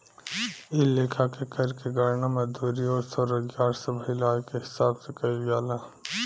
ए लेखा के कर के गणना मजदूरी अउर स्वरोजगार से भईल आय के हिसाब से कईल जाला